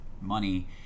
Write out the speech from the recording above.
money